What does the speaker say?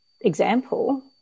example